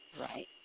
Right